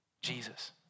Jesus